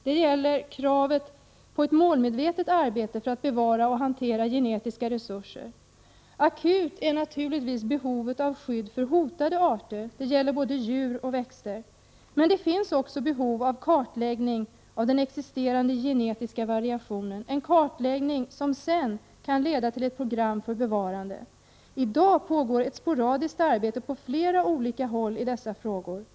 Det gäller kravet på ett målmedvetet arbete för att bevara och hantera genetiska resurser. Akut är naturligtvis behovet av skydd för hotade arter — det gäller både djur och växter. Men det finns också behov av kartläggning av den existerande genetiska variationen, en kartläggning som sedan kan leda till ett program för bevarande. I dag pågår ett sporadiskt arbete på flera olika håll i dessa frågor.